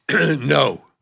No